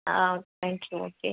ah thank you okay